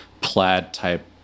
plaid-type